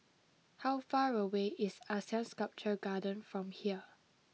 how far away is Asean Sculpture Garden from here